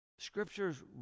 scriptures